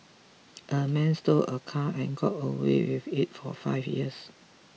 a man stole a car and got away with it for five years